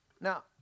Now